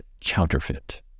Counterfeit